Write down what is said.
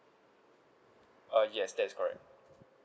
uh yes that is correct